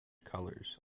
colors